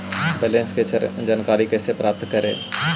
Balance की जानकारी कैसे प्राप्त करे?